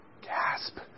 Gasp